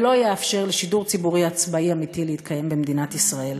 ולא יאפשר לשידור ציבורי עצמאי אמיתי להתקיים במדינת ישראל.